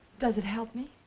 does it help me?